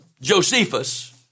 Josephus